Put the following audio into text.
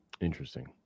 Interesting